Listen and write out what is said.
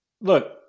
look